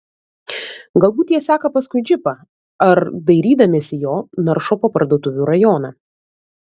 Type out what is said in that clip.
galbūt jie seka paskui džipą ar dairydamiesi jo naršo po parduotuvių rajoną